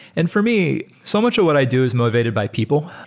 and for me, so much of what i do is motivated by people.